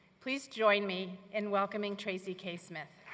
please join me in welcoming tracy k smith.